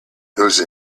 those